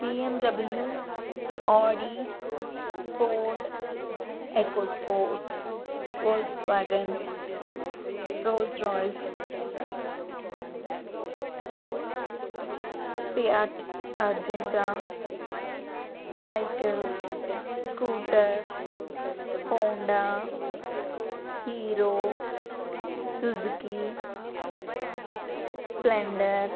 BMW Audi Ford EcoSport Volkswagen Rolls Royce Fiat అర్జంట cycle scooter Honda Hero Suzuki Splendor